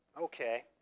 Okay